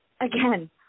again